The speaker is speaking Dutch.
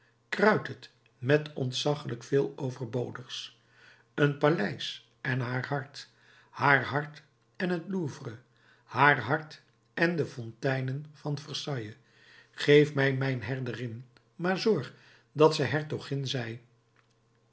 kruid het met ontzaggelijk veel overbodigs een paleis en haar hart haar hart en het louvre haar hart en de fonteinen van versailles geef mij mijn herderin maar zorg dat zij hertogin zij